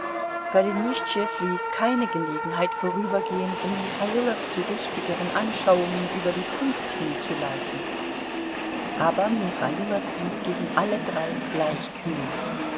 golenischtschew ließ keine gelegenheit vorübergehen um michailow zu richtigeren anschauungen über die kunst hinzuleiten aber michailow blieb gegen alle drei gleich kühl